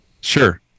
sure